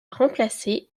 remplacé